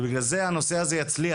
ובגלל זה הנושא הזה יצליח,